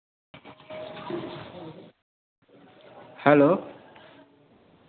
hello